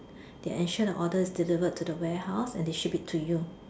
they ensure the order is delivered to the warehouse and they ship it to you